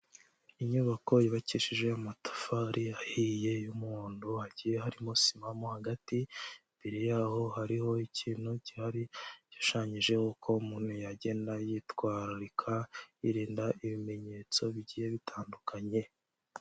Inyubako yubakishije amatafari ahiye y'umuhondo hagiye harimo sima mo hagati, imbere yaho hariho ikintu cyari gishushanyijeho uko umuntu yagenda yitwararika yirinda ibimenyetso bigiye bitandukanye.